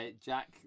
Jack